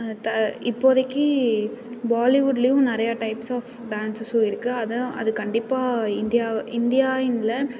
த இப்போதைக்கு பாலிவுட்லையும் நிறையா டைப்ஸ் ஆஃப் டான்ஸஸும் இருக்குது அதுதான் அது கண்டிப்பாக இந்தியாவை இந்தியான்லை